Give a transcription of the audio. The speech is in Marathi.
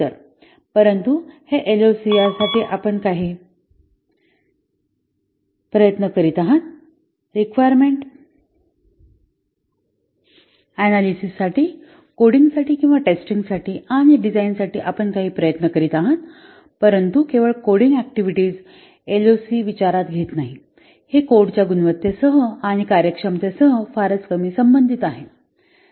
परंतु हे एलओसी यासाठी आपण काही प्रयत्न करीत आहात रिक्वायरमेंट अनॅलिसिससाठी कोडींगसाठी किंवा टेस्टिंगसाठी किंवा डिझाइनसाठी आपण काही प्रयत्न करीत आहात परंतु केवळ कोडिंग ऍक्टिव्हिटीज एलओसी विचारात घेत नाही हे कोडच्या गुणवत्तेसह आणि कार्यक्षमतेसह फारच कमी संबंधित आहे